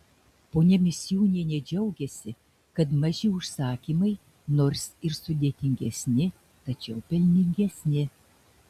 ponia misiūnienė džiaugiasi kad maži užsakymai nors ir sudėtingesni tačiau pelningesni